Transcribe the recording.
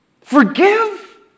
Forgive